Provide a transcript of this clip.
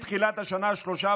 מתחילת השנה, שלושה